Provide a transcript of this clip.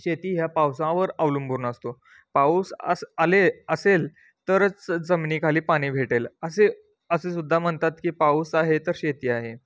शेती ह्या पावसावर अवलंबून असतो पाऊस अस आले असेल तरच जमनीखाली पाणी भेटेल असे असेसु द्धा म्हणतात की पाऊस आहे तर शेती आहे